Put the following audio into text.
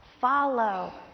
follow